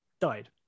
died